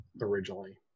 originally